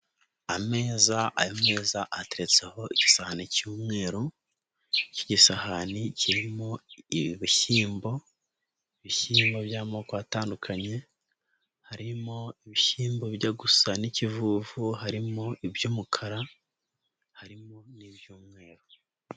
Ameza aya meza ateretseho igisahani cy'umweru, iki gisahani kirimo ibishyimbo, ibishyimbo by'amoko atandukanye, harimo ibishyimbo byo gusa n'ikivuvu, harimo iby'umukara, harimo n'iby'umweru.